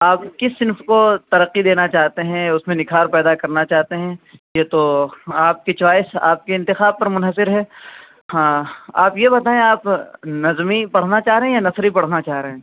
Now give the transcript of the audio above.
آپ کس صنف کو ترقی دینا چاہتے ہیں اس میں نکھار پیدا کرنا چاہتے ہیں یہ تو آپ کی چوائس آپ کے انتخاب پر منحصر ہے ہاں آپ یہ بتائیں آپ نظمی پڑھنا چاہ رہے ہیں یا نثری پڑھنا چاہ رہے ہیں